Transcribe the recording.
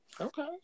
Okay